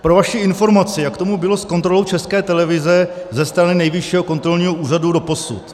Pro vaši informaci, jak tomu bylo s kontrolou České televize ze strany Nejvyššího kontrolního úřadu doposud.